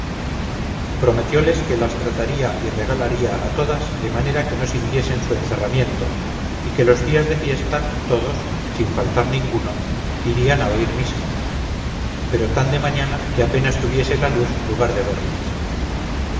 recebido prometióles que las trataría y regalaría a todas de manera que no sintiesen su encerramiento y que los días de fiesta todos sin faltar ninguno irían a oír misa pero tan de mañana que apenas tuviese la luz lugar de verlas